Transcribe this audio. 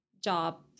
job